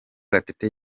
gatete